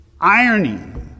irony